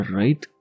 right